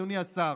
אדוני השר.